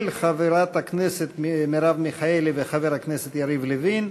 של חברת הכנסת מרב מיכאלי וחבר הכנסת יריב לוין.